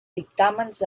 dictàmens